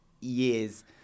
years